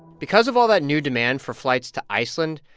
because of all that new demand for flights to iceland,